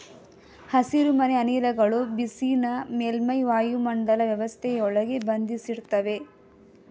ಹಸಿರುಮನೆ ಅನಿಲಗಳು ಬಿಸಿನ ಮೇಲ್ಮೈ ವಾಯುಮಂಡಲ ವ್ಯವಸ್ಥೆಯೊಳಗೆ ಬಂಧಿಸಿಡ್ತವೆ